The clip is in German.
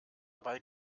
dabei